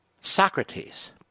Socrates